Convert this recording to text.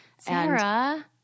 Sarah